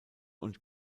und